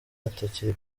atakiri